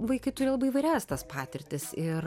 vaikai turi labai įvairias tas patirtis ir